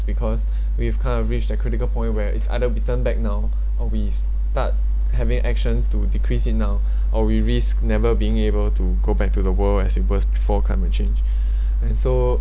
because we've kind of reached the critical point where we turn back now or we start having actions to decrease it now or we risk never being able to go back to the world as it was before climate change and so